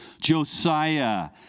Josiah